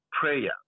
prayer